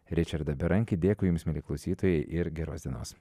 ričardą berankį dėkui jums mieli klausytojai ir geros dienos